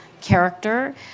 character